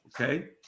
Okay